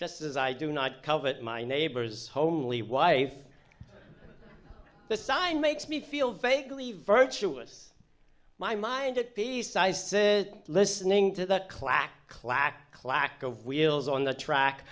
just as i do not covet my neighbor's holy wife the sign makes me feel vaguely virtuous my mind it besides listening to that clack clack clack of wheels on the track